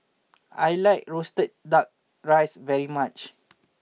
I like Roasted Duck Rice very much